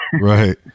right